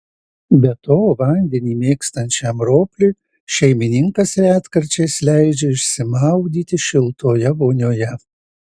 be to vandenį mėgstančiam ropliui šeimininkas retkarčiais leidžia išsimaudyti šiltoje vonioje